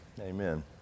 amen